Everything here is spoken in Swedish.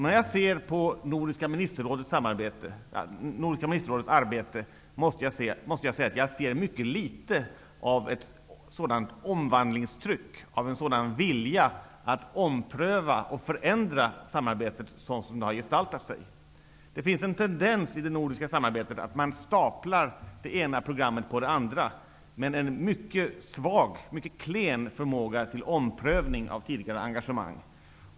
När jag ser på Nordiska ministerrådets arbete ser jag mycket litet av ett sådant omvandlingstryck, en sådan vilja att ompröva och förändra samarbetet så som det hittills har gestaltat sig. Det finns en tendens i det nordiska samarbetet att stapla det ena programmet på det andra med en mycket klen förmåga till omprövning av tidigare engagemang.